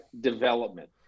development